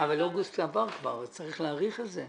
אוגוסט כבר עבר, ולכן צריך להאריך את זה?